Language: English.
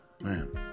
man